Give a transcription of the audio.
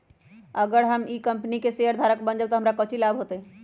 अगर हम ई कंपनी के शेयरधारक बन जाऊ तो हमरा काउची लाभ हो तय?